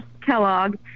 Kellogg